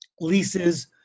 leases